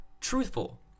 truthful